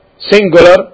singular